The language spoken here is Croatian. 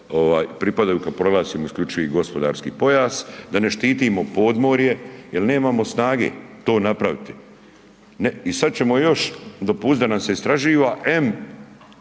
pripadaju kad proglasimo isključivi gospodarski pojas, da ne štitimo podmorje jer nemamo snage to napraviti. I sad ćemo još dopustiti da nam se istraživa,